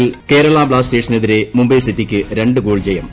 ISL ഫുട്ബോളിൽ കേരള ബ്ലാസ്റ്റേഴ്സിനെതിരെ മുംബൈ സിറ്റിക്ക് രണ്ട് ഗോൾ ജയം